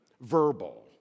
verbal